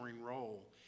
role